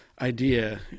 idea